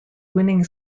winning